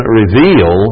reveal